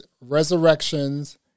Resurrections